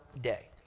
day